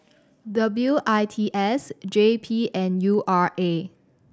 W I T S J P and U R A